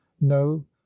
no